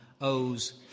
owes